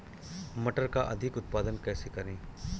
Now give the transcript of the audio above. मटर का अधिक उत्पादन कैसे करें?